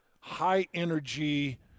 high-energy